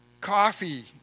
coffee